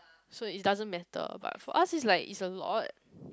so it doesn't matter but for us it's like it's a lot